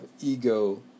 ego